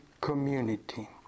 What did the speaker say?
community